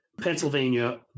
Pennsylvania